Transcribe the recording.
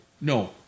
No